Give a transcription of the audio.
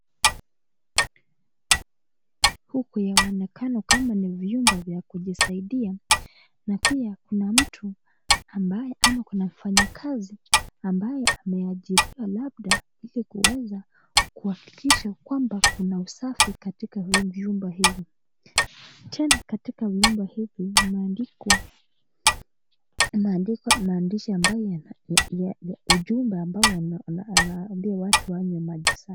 Huku yanaonekano ni vyumba vya kujisaidia na pia kuna mtu ambaye au kuna mfanyikazi ambaye ameajiriwa labda ili kuweza kuhakikisha kwamba kuna usafi katika vyumba hizi. Tena katika nyumba hizi imeandikwa maandishi ambayo ujumbe ambayo inaambia watu wakunywe maji safi.